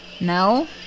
No